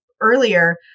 earlier